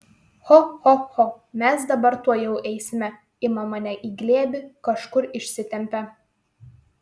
cho cho cho mes dabar tuojau eisime ima mane į glėbį kažkur išsitempia